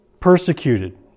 Persecuted